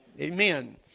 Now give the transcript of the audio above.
Amen